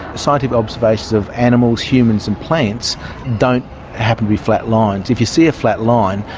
scientific observations of animals, humans and plants don't happen to be flat lines. if you see a flat line,